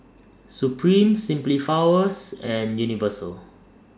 Supreme Simply Flowers and Universal